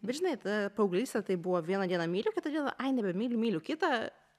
bet žinai ta paauglystė tai buvo vieną dieną myliu kitą dieną ai nebemyliu myliu kitą